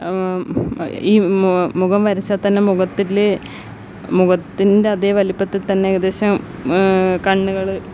ഈ മു മുഖം വരച്ചാൽ തന്നെ മുഖത്തിൽ മുഖത്തിൻ്റെ അതേ വലിപ്പത്തിൽത്തന്നെ എകദേശം കണ്ണുകൾ